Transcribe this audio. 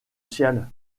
ciel